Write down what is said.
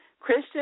Christian